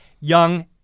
young